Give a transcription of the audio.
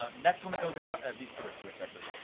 ah next one that goes out, these two are switched actually,